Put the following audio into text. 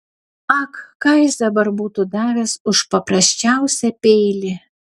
ak ką jis dabar būtų davęs už paprasčiausią peilį